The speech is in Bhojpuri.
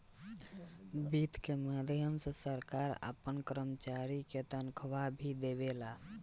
वित्त के माध्यम से सरकार आपना कर्मचारी के तनखाह भी देवेला